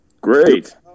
Great